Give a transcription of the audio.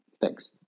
Thanks